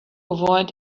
avoid